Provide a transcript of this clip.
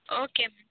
okay ma'am